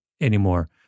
anymore